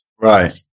Right